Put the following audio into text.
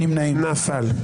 נפל.